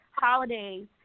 holidays